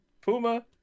Puma